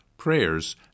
prayers